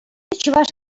чӑваш